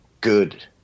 good